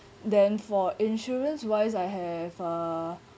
then for insurance wise I have uh